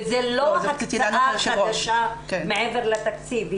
וזה לא הקצאה חדשה מעבר לתקציב.